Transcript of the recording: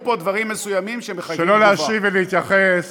ולהתייחס